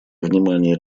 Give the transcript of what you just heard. внимания